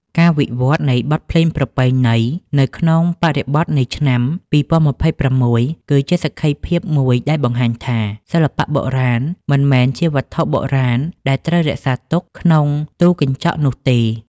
ការវិវត្តនៃបទភ្លេងប្រពៃណី នៅក្នុងបរិបទនៃឆ្នាំ ២០២៦ គឺជាសក្ខីភាពមួយដែលបង្ហាញថា សិល្បៈបុរាណមិនមែនជាវត្ថុបុរាណដែលត្រូវរក្សាទុកក្នុងទូកញ្ចក់នោះទេ។